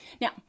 Now